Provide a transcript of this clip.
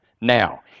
Now